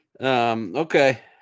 Okay